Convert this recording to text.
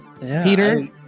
peter